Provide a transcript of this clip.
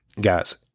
guys